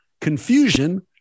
confusion